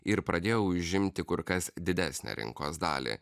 ir pradėjo užimti kur kas didesnę rinkos dalį